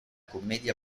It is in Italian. commedia